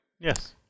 Yes